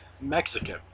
Mexican